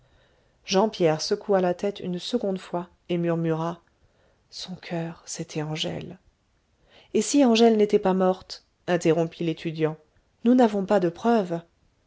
jean pierre secoua la tête une seconde fois et murmura son coeur c'était angèle et si angèle n'était pas morte interrompit l'étudiant nous n'avons pas de preuves